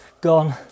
gone